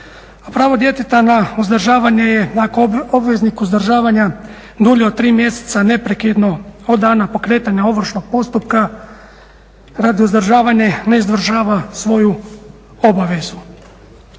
pravo djeteta na uzdržavanje je ako obveznik uzdržavanja dulje od tri mjeseca neprekidno od dana pokretanja ovršnog postupka radi uzdržavanja ne izvršava svoju obavezu.